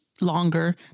longer